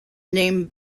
name